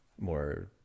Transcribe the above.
more